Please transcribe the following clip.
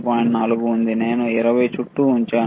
4 ఉంది నేను 20 దగ్గర ఉంచాను